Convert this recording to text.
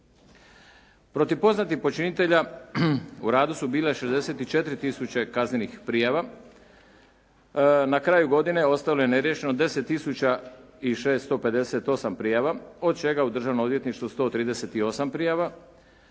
Protiv poznatih počinitelja u radu su bile 64 tisuće kaznenih prijava, na kraju godine ostalo je ne riješeno 10 tisuća i 658 prijava od čega u državnom odvjetništvu 138 prijava,